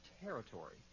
Territory